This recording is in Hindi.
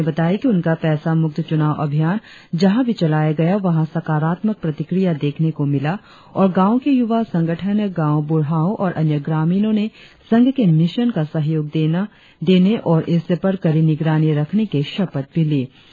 संघ ने बताया कि उनका पैसा मुक्त चुनाव अभियान जहाँ भी चलाया गया वहाँ सकारात्मक प्रतिक्रिया देखने को मिला और गांवो के युवा संगठन गांव ब्रढ़ाओं और अन्य ग्रामीणों ने संघ के मिशन का सहयोग देना और इस पर कड़ी निगरानी रखने की शपथ भी ली